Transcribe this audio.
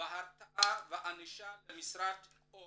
והרתעה וענישה למשרד או